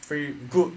free good